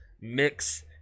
mix